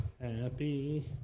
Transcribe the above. Happy